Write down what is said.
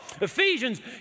Ephesians